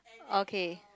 okay